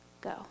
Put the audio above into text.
go